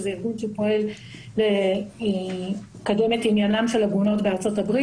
ארגון שפועל לקדם את עניינן של עגונות בארה"ב,